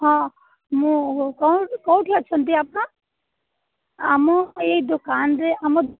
ହଁ ମୁଁ କେଉଁ କେଉଁଠି ଅଛନ୍ତି ଆପଣ ଆମ ଏଇ ଦୋକାନରେ ଆମ